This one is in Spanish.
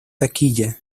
taquilla